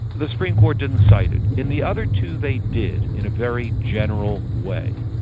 the supreme court didn't cite it. in the other two they did, in a very general way.